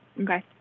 Okay